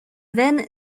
veine